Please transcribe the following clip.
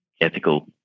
ethical